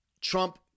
Trump